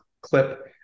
clip